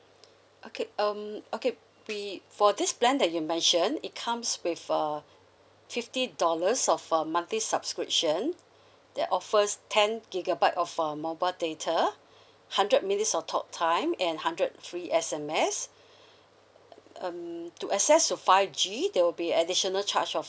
okay um okay we for this plan that you mention it comes with uh fifty dollars of a monthly subscription that offers ten gigabyte of uh mobile data hundred minutes of talk time and hundred free S_M_S um to access to five G there will be additional charge of